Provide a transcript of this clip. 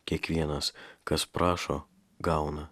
kiekvienas kas prašo gauna